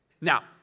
Now